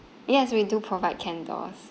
yes we do provide candles